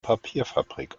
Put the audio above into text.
papierfabrik